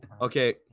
Okay